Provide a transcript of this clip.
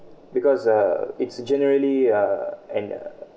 because uh it's generally uh and